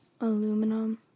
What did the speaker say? aluminum